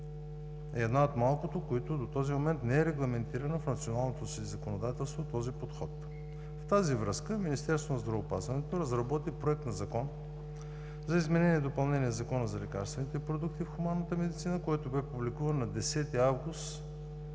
една от малкото, която до този момент не е регламентирала в националното си законодателство този подход. В тази връзка Министерството на здравеопазването разработи Законопроект за изменение и допълнение на Закона за лекарствените продукти и хуманната медицина, който бе публикуван на 10 август